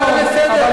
נכון, חברת הכנסת.